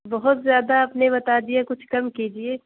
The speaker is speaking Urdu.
بہت زیادہ آپ نے بتا دیا کچھ کم کیجیے